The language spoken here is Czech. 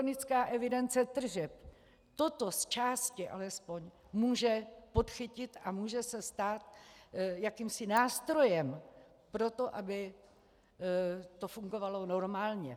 Elektronická evidence tržeb toto zčásti alespoň může podchytit a může se stát jakýmsi nástrojem pro to, aby to fungovalo normálně.